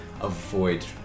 avoid